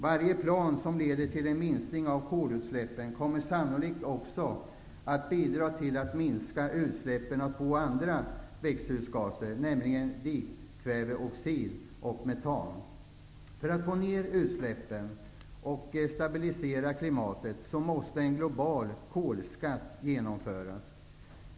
Varje plan som leder till en minskning av kolutsläppen, kommer sannolikt också att bidra till att minska utsläppen av två andra växthusgaser, nämligen dikväveoxid och metan. För att få ner utsläppen och stabilisera klimatet måste en global kolskatt genomföras.